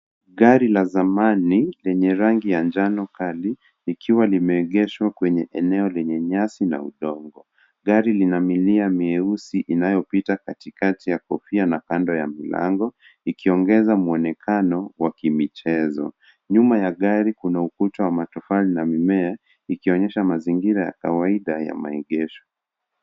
Gari la zamani lenye rangi ya njano kali likiwa limeegeshwa kwenye eneo lenye nyasi na udongo. Gari lina milia mieusi inayopita katikati ya kofia na kando ya mlango ikiongeza mwonekano wa kimichezo. Nyuma ya gari kuna ukuta wa matofali na mimea ikionyesha mazingira ya kawaida ya maegesho.